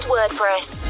WordPress